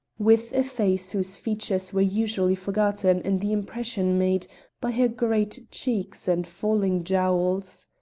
with a face whose features were usually forgotten in the impression made by her great cheeks and falling jowls.